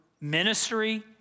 ministry